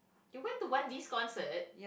you went to one D's concert